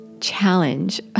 challenge